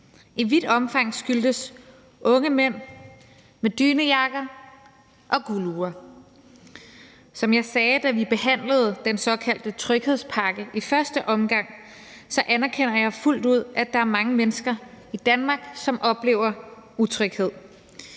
i vidt omfang skyldtes unge mænd med dynejakker og guldure. Som jeg sagde, da vi behandlede den såkaldte tryghedspakke i første omgang, så anerkender jeg fuldt ud, at der er mange mennesker i Danmark, som oplever utryghed.